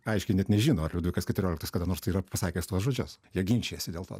aiškiai net nežino ar liudvikas keturioliktas kada nors tai yra pasakęs tuos žodžius jie ginčijasi dėl to